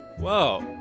whoa.